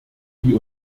wie